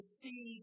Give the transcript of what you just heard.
see